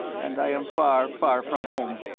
and i am far, far from home.